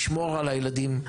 לשמור על הילדים,